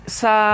sa